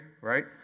right